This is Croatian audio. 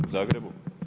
U Zagrebu?